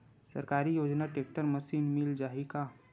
सरकारी योजना tractor machine मिल जाही का?